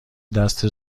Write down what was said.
دست